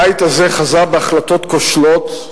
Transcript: הבית הזה חזה בהחלטות כושלות,